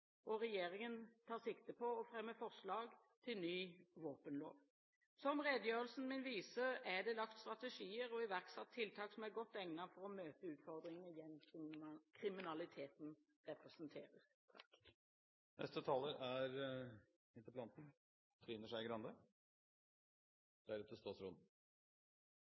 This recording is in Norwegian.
Regjeringen tar sikte på å fremme forslag til ny våpenlov. Som redegjørelsen min viser, er det lagt strategier og iverksatt tiltak som er godt egnet for å møte de utfordringene gjengkriminaliteten representerer.